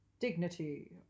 Dignity